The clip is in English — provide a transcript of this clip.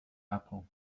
apple